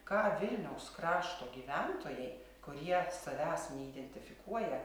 ką vilniaus krašto gyventojai kurie savęs neidentifikuoja